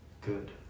Good